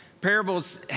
parables